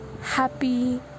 happy